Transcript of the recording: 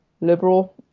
liberal